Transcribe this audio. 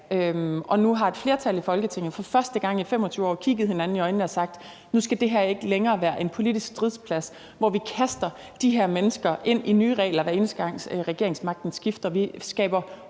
Og nu har et flertal i Folketinget for første gang i 25 år kigget hinanden i øjnene og sagt: Nu skal det her ikke længere være en politisk stridsplads, hvor vi kaster de her mennesker ind i nye regler, hver eneste gang regeringsmagten skifter. Vi skaber ro